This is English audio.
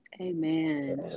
Amen